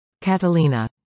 Catalina